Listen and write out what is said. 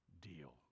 deal